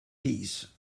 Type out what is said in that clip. peace